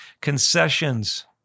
Concessions